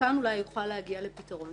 כאן אולי נוכל להגיע לפתרון.